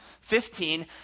Fifteen